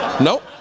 Nope